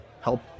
help